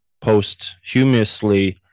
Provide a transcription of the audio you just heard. posthumously